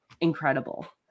incredible